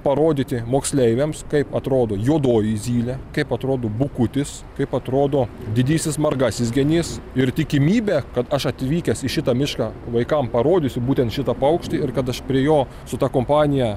parodyti moksleiviams kaip atrodo juodoji zylė kaip atrodo bukutis kaip atrodo didysis margasis genys ir tikimybė kad aš atvykęs į šitą mišką vaikam parodysiu būtent šitą paukštį ir kad aš prie jo su ta kompanija